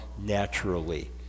naturally